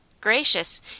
Gracious